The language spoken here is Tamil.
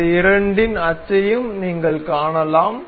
இந்த இரண்டின் அச்சையும் நீங்கள் காணலாம்